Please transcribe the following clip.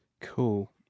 Cool